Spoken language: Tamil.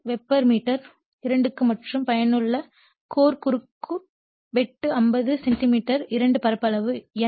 5 வெபர் மீட்டர் 2 க்கு மற்றும் பயனுள்ள கோர் குறுக்கு வெட்டு 50 சென்டிமீட்டர் 2 பரப்பளவு